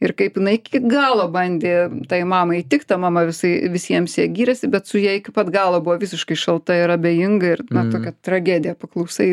ir kaip jinai iki galo bandė tai mamai įtikt ta mama visai visiems ja gyrėsi bet su ja iki pat galo buvo visiškai šalta ir abejinga ir na tokia tragedija paklausai